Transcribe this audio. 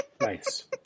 nice